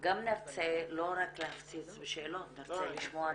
גם נרצה לא רק להפציץ בשאלות, נרצה לשמוע תשובות.